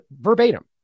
verbatim